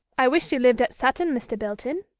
i wish you lived at sutton, mr. bilton.